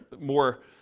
more